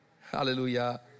Hallelujah